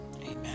Amen